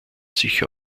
sich